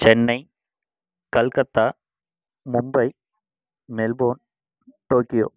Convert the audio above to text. Chennai Calcutta Mumbai Melbourne Tokyo